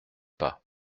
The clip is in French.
pas